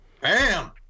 Bam